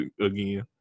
again